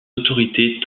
autorités